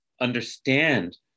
understand